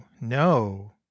no